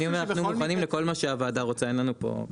אני אומר אנחנו מוכנים לכל מה שהוועדה רוצה אין לנו פה.